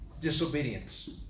disobedience